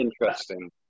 interesting